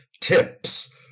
tips